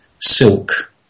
silk